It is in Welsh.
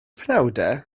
penawdau